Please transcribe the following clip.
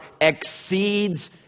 exceeds